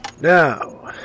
Now